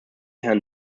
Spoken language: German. herrn